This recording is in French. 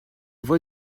voix